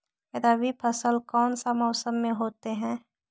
रवि फसल कौन सा मौसम में होते हैं?